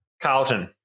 Carlton